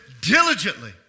diligently